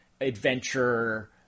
adventure